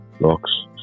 locks